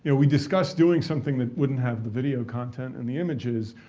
and we discussed doing something that wouldn't have the video content and the images,